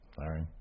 sorry